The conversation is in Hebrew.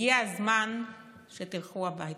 הגיע הזמן שתלכו הביתה.